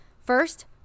first